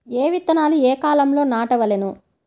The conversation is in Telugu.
ఏ విత్తనాలు ఏ కాలాలలో నాటవలెను?